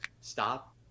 stop